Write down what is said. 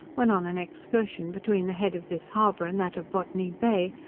when on an excursion between the head of this harbour and that of botany bay,